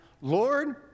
Lord